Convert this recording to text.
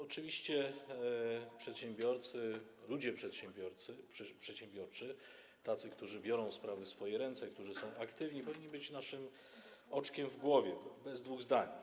Oczywiście przedsiębiorcy, ludzie przedsiębiorczy, tacy, którzy biorą sprawy w swoje ręce, którzy są aktywni, powinni być naszym oczkiem w głowie, bez dwóch zdań.